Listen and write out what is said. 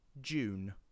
june